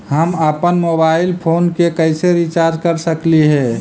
हम अप्पन mobile phone के कैसे रिचार्ज कर सकली हे?